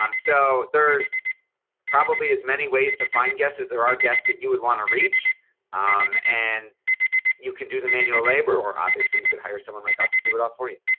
um so there's probably as many ways to find guests as there are guests that you would want to reach and you can do the manual labor or obviously you can hire someone like us to do it all for you.